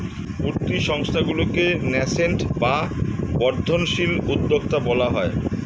উঠতি সংস্থাগুলিকে ন্যাসেন্ট বা বর্ধনশীল উদ্যোক্তা বলা হয়